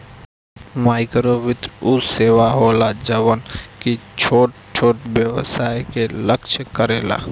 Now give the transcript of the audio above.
माइक्रोवित्त उ सेवा होला जवन की छोट छोट व्यवसाय के लक्ष्य करेला